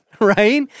right